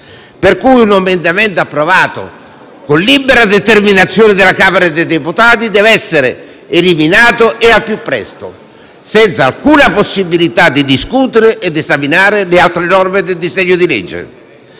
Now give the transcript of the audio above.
per cui un emendamento approvato con libera determinazione della Camera dei deputati deve essere eliminato e al più presto, senza alcuna possibilità di discutere ed esaminare le altre norme del disegno di legge.